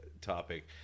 topic